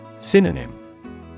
Synonym